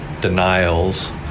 denials